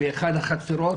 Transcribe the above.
באחת החצרות,